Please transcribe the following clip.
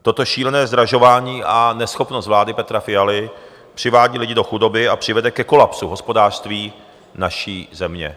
Toto šílené zdražování a neschopnost vlády Petra Fialy přivádí lidi do chudoby a přivede ke kolapsu hospodářství naší země.